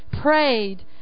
prayed